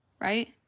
Right